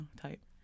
type